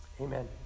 Amen